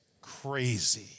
crazy